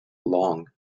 long